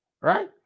right